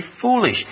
foolish